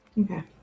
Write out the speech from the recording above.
Okay